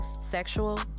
Sexual